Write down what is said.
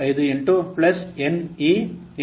58 NE 1